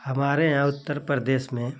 हमारे यहाँ उत्तर प्रदेश में